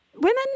women